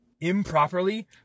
improperly